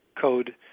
Code